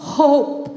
hope